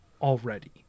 already